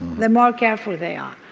the more careful they are.